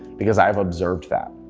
because i've observed that.